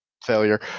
failure